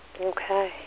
Okay